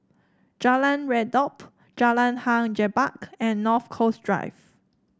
Jalan Redop Jalan Hang Jebat and North Coast Drive